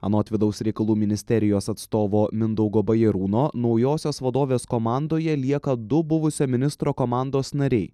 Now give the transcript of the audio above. anot vidaus reikalų ministerijos atstovo mindaugo bajarūno naujosios vadovės komandoje lieka du buvusio ministro komandos nariai